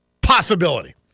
possibility